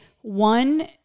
one